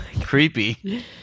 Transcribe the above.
Creepy